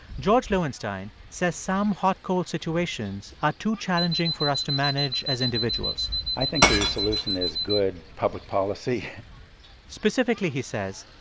george loewenstein says some hot-cold situations are too challenging for us to manage as individuals i think the solution is good public policy specifically, he says,